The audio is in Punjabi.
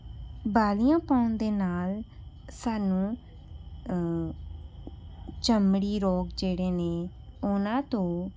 ਵਾਲੀਆਂ ਪਾਉਣ ਦੇ ਨਾਲ ਸਾਨੂੰ ਚਮੜੀ ਰੋਗ ਜਿਹੜੇ ਨੇ ਉਹਨਾਂ ਤੋਂ